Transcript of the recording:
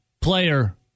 player